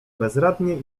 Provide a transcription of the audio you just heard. bezradnie